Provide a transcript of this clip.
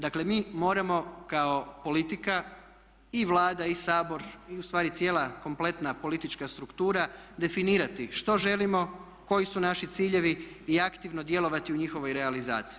Dakle mi moramo kao politika i Vlada i Sabor i ustvari cijela kompletna politička struktura definirati što želimo, koji su naši ciljevi i aktivno djelovati u njihovoj realizaciji.